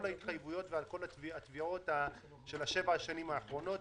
ההתחייבויות וכל התביעות של שבע השנים האחרונות.